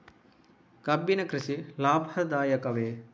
ಕಬ್ಬಿನ ಕೃಷಿ ಲಾಭದಾಯಕವೇ?